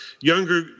younger